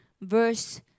verse